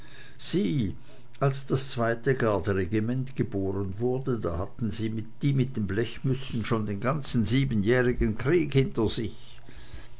sieh als das zweite garderegiment geboren wurde da hatten die mit den blechmützen schon den ganzen siebenjährigen krieg hinter sich